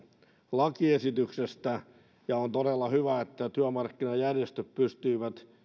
lakiesityksestä ja on todella hyvä että työmarkkinajärjestöt pystyivät